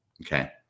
Okay